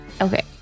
Okay